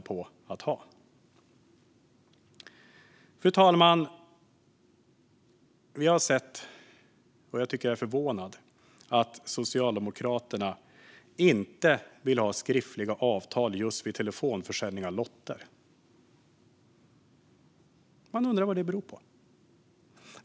Jag är förvånad, för vi har sett att Socialdemokraterna inte vill ha skriftliga avtal just vid telefonförsäljning av lotter. Man undrar vad det beror på.